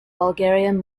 bulgarian